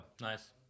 Nice